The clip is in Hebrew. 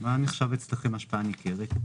מה נחשב אצלכם השפעה ניכרת?